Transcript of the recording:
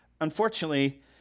unfortunately